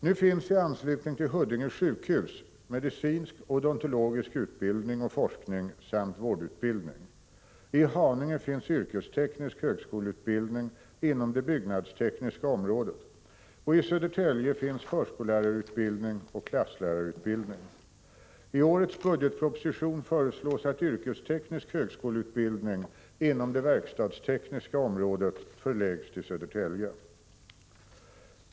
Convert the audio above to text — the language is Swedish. Nu finns i anslutning till Huddinge sjukhus medicinsk och odontologisk utbildning och forskning samt vårdutbildning. I Haninge finns yrkesteknisk högskoleutbildning inom det byggnadstekniska området, och i Södertälje finns förskollärarutbildning och klasslärarutbildning. I årets budgetproposition föreslås att yrkesteknisk högskoleutbildning inom det verkstadstekniska området förläggs till Södertälje.